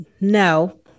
no